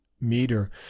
meter